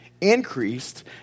increased